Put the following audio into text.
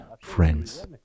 friends